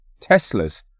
Teslas